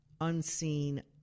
unseen